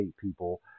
people